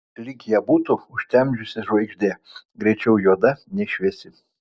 lyg ją būtų užtemdžiusi žvaigždė greičiau juoda nei šviesi